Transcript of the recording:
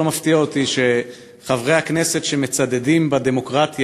לא מפתיע אותי שחברי הכנסת שמצדדים בדמוקרטיה